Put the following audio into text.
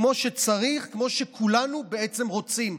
כמו שצריך, כמו שכולנו בעצם רוצים.